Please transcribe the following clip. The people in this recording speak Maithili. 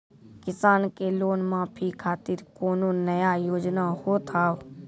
किसान के लोन माफी खातिर कोनो नया योजना होत हाव?